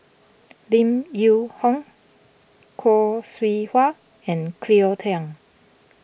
Lim Yew Hong Khoo Seow Hwa and Cleo Thang